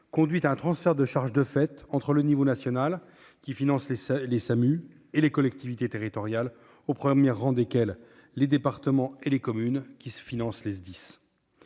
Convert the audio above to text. conduit à un transfert de charges de fait entre le niveau national, qui finance les SAMU, et les collectivités territoriales, au premier rang desquelles les départements et les communes, qui financent les SDIS.